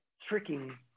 tricking